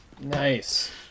Nice